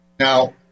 Now